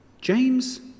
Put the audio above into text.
James